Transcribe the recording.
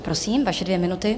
Prosím, vaše dvě minuty.